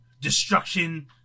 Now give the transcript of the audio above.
destruction